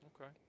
Okay